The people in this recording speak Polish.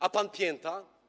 A pan Pięta?